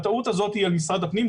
הטעות הזאת היא על משרד הפנים,